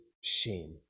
shame